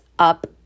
Up